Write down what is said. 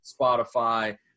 Spotify